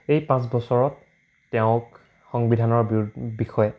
এই পাঁচ বছৰত তেওঁক সংবিধানৰ বিষয়ে